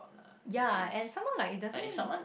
ya and some more it doesn't